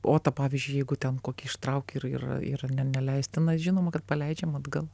o pavyzdžiui jeigu ten kokį ištrauki ir yra neleistinas žinoma kad paleidžiam atgal